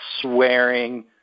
swearing